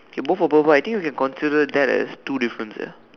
okay both of purple I think you can consider that as two difference leh